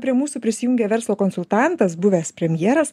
prie mūsų prisijungia verslo konsultantas buvęs premjeras